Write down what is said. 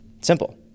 simple